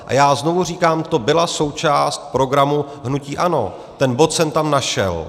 A já znovu říkám, to byla součást programu hnutí ANO, ten bod jsem tam našel.